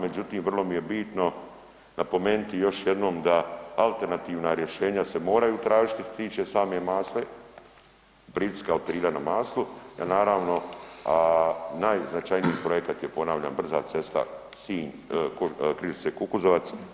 Međutim, vrlo mi je bitno napomenuti još jednom da alternativna rješenja se moraju tražiti što se tiče same Masle, pritiska od Trilja na Maslu je naravno najznačajniji projekat je, ponavljam, brza cesta Sinj, Križice-Kukuzovac.